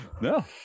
No